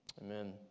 amen